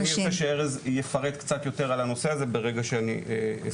אז אני רוצה שארז יפרט קצת יותר על הנושא הזה ברגע שאני אסיים.